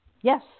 Yes